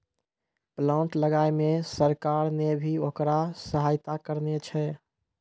plant लगाय मॅ सरकार नॅ भी होकरा सहायता करनॅ छै